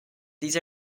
these